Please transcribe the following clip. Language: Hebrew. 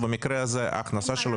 אז במקרה הזה ההכנסה שלו